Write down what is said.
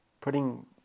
putting